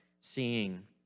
seeing